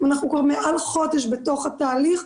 אנחנו כבר מעל חודש בתוך התהליך.